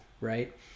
right